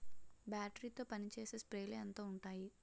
Battery తో పనిచేసే స్ప్రేలు ఎంత ఉంటాయి?